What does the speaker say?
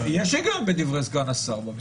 יש היגיון בדברי סגן השר.